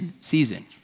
season